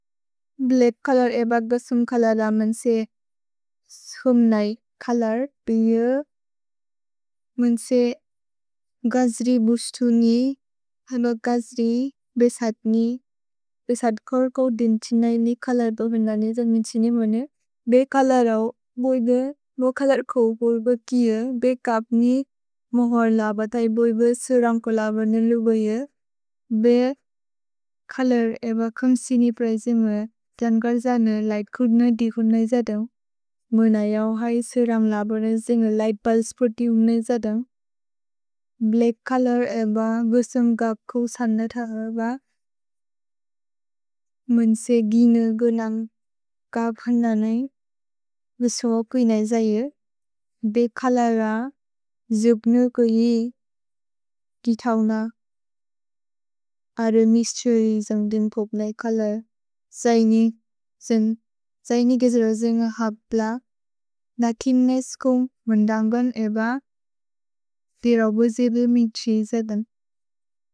भ्लच्क् colour एब गुसुम् colour अ मन्से सुम् नै चोलोर्। मन्से गज्रि बुश्तु नि, हल्ब गज्रि बेसत् नि। भेसत् कोर् को दिन् त्सिन् नै नि चोलोर् बो बेन् द ने दन् मिन् त्सिन् ने मोने। भे चोलोर् औ बोइदे, बो चोलोर् को बोइब किये। भे काप् नि मोहर् ल बतै बोइब सुरन्ग् को ल बने लुबे ये। भे चोलोर् एब खुम् त्सिनि प्रएजेमे, जन्गर् जने लिघ्त् खुद्ने ति खुद्ने जतम्। मोने औ है सुरन्ग् ल बने सिन्ग लिघ्त् पुल्से प्रोति हुम्ने जतम्। भ्लच्क् चोलोर् एब गुसुम् क खु सन्द थल एब मन्से गिनु गुनन् क भन्द नै गुसुअ कुज्ने जये। भे चोलोर् अ जुग्नु कुजि कि तव्न अरु मिस्तुरि जन्ग्दुन् पोप्ने चोलोर् सैनि सिन् सैनि गज्रजिन्ग हप्ल नकिने स्कुम् गुन्दन्गुन् एब दिर वजेबे मिन्त्सि जतम्।